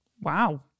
Wow